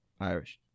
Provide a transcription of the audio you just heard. Irish